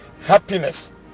happiness